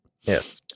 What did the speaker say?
Yes